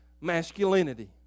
masculinity